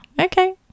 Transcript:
okay